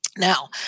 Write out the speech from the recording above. Now